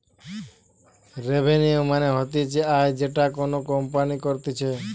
revenue মানে হতিছে আয় যেটা কোনো কোম্পানি করতিছে